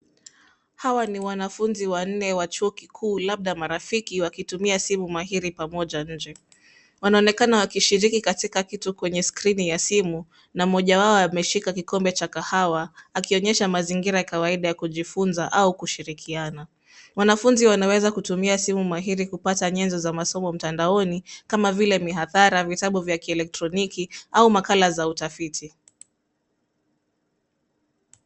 Hawa ni wanafunzi wanne wa chuo kikuu, labda marafiki, wakitumia simu mahiri pamoja nje. Wanaonekana wakishiriki katika kitu kwenye skrini ya simu, na mmoja wao ameshika kikombe cha kahawa, akionyesha mazingira ya kawaida ya kujifunza au kushirikiana. Wanafunzi wanaweza kutumia simu mahiri kupata nyenzo za masomo mtandaoni kama vile mihadhara, vitabu vya kielektroniki au makala za utafiti.